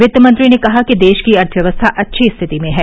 वित्त मंत्री ने कहा कि देश की अर्थव्यवस्था अच्छी स्थिति में हैं